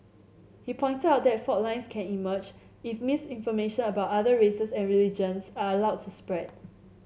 he pointed out that fault lines can emerge if misinformation about other races and religions are allowed to spread